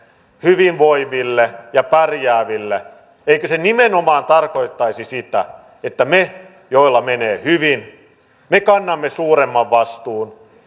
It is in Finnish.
hyvinvoiville ja pärjääville nimenomaan tarkoittaisi sitä että me joilla menee hyvin kannamme suuremman vastuun